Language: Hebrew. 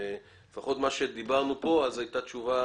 לפחות מה שדיברנו כאן, הייתה תשובה